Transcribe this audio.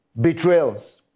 betrayals